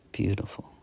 beautiful